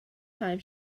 time